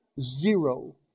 zero